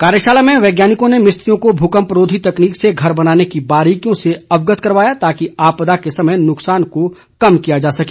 कार्यशाला में वैज्ञानिकों ने मिस्त्रियों को भूकंपरोधी तकनीक से घर बनाने की बारीकियों से अवगत कराया ताकि आपदा के समय नुक्सान को कम किया जा सके